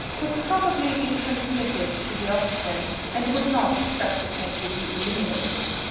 would probably be transmitted to the offspring, and would not subsequently be eliminated.